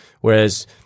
Whereas